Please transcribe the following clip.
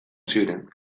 ziren